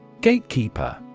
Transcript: Gatekeeper